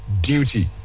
duty